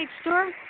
store